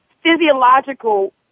physiological